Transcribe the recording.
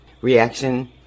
reaction